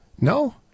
No